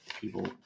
people